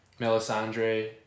Melisandre